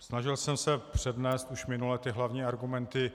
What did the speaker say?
Snažil jsem se přednést už minule ty hlavní argumenty.